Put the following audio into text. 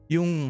Yung